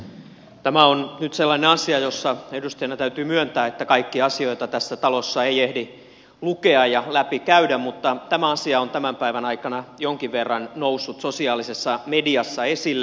tämä on nyt sellainen asia jossa edustajana täytyy myöntää että kaikkia asioita tässä talossa ei ehdi lukea ja läpi käydä mutta tämä asia on tämän päivän aikana jonkin verran noussut sosiaalisessa mediassa esille